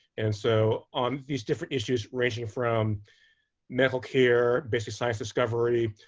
and so on these different issues ranging from medical care, basic science discovery,